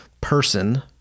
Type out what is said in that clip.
person